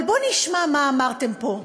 אבל בואו נשמע מה אמרתם פה,